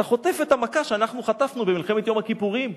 אתה חוטף את המכה שאנחנו חטפנו במלחמת יום הכיפורים.